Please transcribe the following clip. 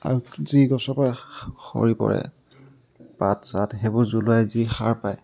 যি গছৰ পৰা সৰি পৰে পাত চাত সেইবোৰ জ্বলোৱাই যি সাৰ পায়